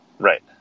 Right